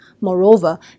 Moreover